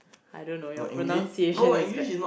I don't know your pronunciation is bad